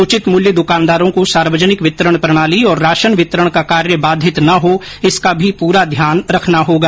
उचित मूल्य दुकानदारों को सार्वजनिक वितरण प्रणाली और राशन वितरण का कार्य बाधित नहीं हो इसका भी पूरा ध्यान रखना होगा